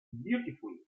beautiful